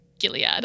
Gilead